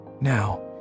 now